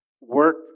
work